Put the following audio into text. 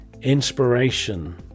inspiration